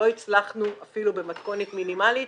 לא הצלחנו אפילו במתכונת מינימלית